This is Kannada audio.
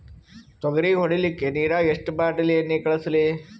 ತೊಗರಿಗ ಹೊಡಿಲಿಕ್ಕಿ ನಿರಾಗ ಎಷ್ಟ ಬಾಟಲಿ ಎಣ್ಣಿ ಕಳಸಲಿ?